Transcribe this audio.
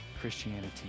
Christianity